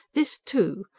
this, too!